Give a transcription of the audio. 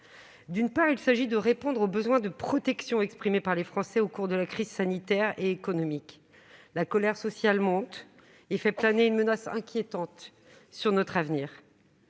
D'une part, il s'agit de répondre au besoin de protection exprimé par les Français au cours de la crise sanitaire et économique. La colère sociale monte et fait planer une menace inquiétante sur notre avenir.